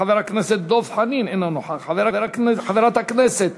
חבר הכנסת דב חנין, אינו נוכח, חברת הכנסת